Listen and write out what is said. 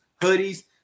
hoodies